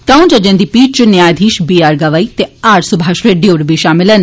त्रर्ऊं जजें दी पीठ च न्यायधीश बी आर गवाए ते आर सुभाष रेड्डी होर बह शामल न